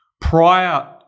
Prior